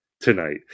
tonight